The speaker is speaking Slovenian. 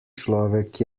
človek